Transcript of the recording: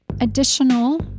additional